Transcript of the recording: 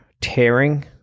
tearing